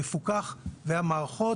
מפוקח והמערכות.